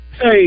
Hey